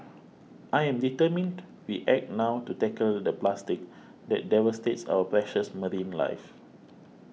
I am determined we act now to tackle the plastic that devastates our precious marine life